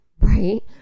right